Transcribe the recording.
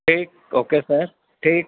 ٹھیک okay sir ٹھیک